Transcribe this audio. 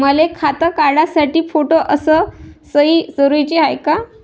मले खातं काढासाठी फोटो अस सयी जरुरीची हाय का?